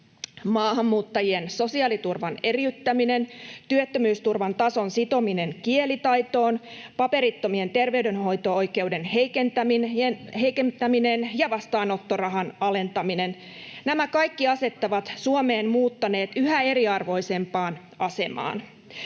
Maahanmuuttajien sosiaaliturvan eriyttäminen, työttömyysturvan tason sitominen kielitaitoon, paperittomien terveydenhoito-oikeuden heikentäminen ja vastaanottorahan alentaminen — nämä kaikki asettavat Suomeen muuttaneet yhä eriarvoisempaan asemaan.